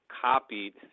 copied